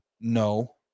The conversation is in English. No